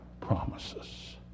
promises